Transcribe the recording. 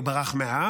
או שהוא ברח מהארץ,